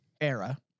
era